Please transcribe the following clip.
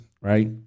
right